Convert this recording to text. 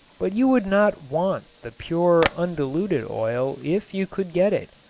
but you would not want the pure undiluted oil if you could get it,